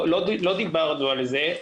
לא דיברנו על זה,